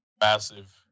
massive